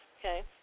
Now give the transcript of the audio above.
okay